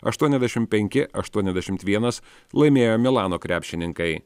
aštuoniasdešim penki aštuoniasdešimt vienas laimėjo milano krepšininkai